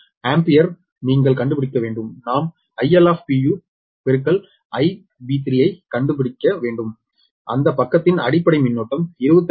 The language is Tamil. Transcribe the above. ஆம்பியர் நீங்கள் கண்டுபிடிக்க வேண்டும் நாம் ILIB3 ஐக் கண்டுபிடிக்க வேண்டும் அந்த பக்கத்தின் அடிப்படை மின்னோட்டம் 25